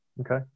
Okay